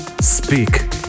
speak